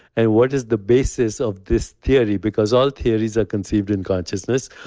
and what is the basis of this theory? because all theories are conceived in consciousness.